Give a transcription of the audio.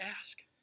ask